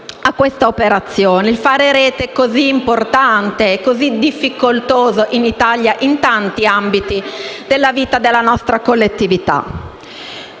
a quest'operazione. Fare rete è così importante e così difficoltoso in Italia in tanti ambiti della vita della nostra collettività.